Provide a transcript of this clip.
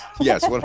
yes